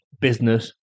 business